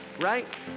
Right